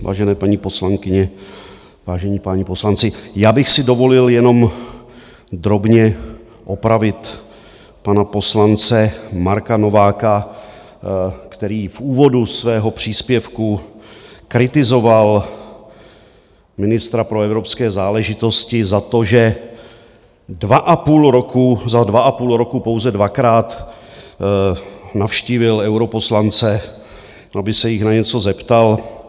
Vážené paní poslankyně, vážení páni poslanci, já bych si dovolil jenom drobně opravit pana poslance Marka Nováka, který v úvodu svého příspěvku kritizoval ministra pro evropské záležitosti za to, že dva a půl roku, za dva a půl roku pouze dvakrát navštívil europoslance, aby se jich na něco zeptal.